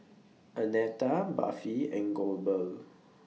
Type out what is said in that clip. Annetta Buffy and Goebel